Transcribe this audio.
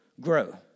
grow